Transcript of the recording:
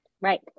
Right